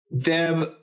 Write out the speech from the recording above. Deb